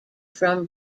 from